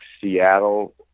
Seattle